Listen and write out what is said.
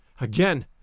Again